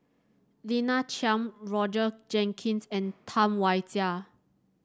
Lina Chiam Roger Jenkins and Tam Wai Jia